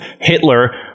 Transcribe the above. Hitler